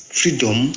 freedom